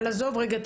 אבל רגע,